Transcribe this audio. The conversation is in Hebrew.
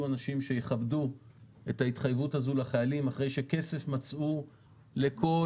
אנשים שיכבדו את ההתחייבות הזו לחיילים אחרי שכסף מצאו לכל